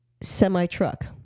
semi-truck